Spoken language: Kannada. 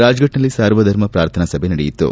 ರಾಜ್ಫಾಟ್ನಲ್ಲಿ ಸರ್ವಧರ್ಮ ಪಾರ್ಥನಾ ಸಭೆ ನಡೆಯಿತು